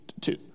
two